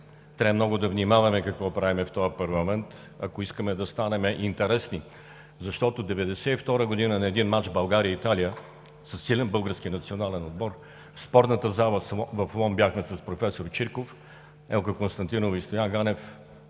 Трябва много да внимаваме какво правим в този парламент, ако искаме да станем интересни. Защото 1992 г., един мач България – Италия, със силен български национален отбор, в спортната зала в Лом бяхме с професор Чирков, Елка Константинова и Стоян Ганев